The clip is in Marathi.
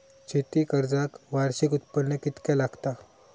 शेती कर्जाक वार्षिक उत्पन्न कितक्या लागता?